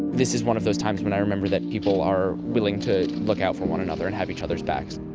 this is one of those times when i remember that people are willing to look out for one another and have each other's backs.